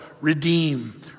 redeem